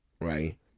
Right